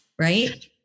Right